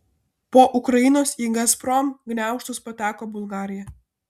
po ukrainos į gazprom gniaužtus pateko bulgarija